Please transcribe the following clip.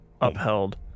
Upheld